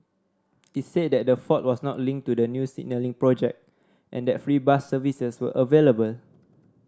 it said that the fault was not linked to the new signalling project and that free bus services were available